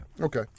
okay